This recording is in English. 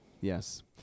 yes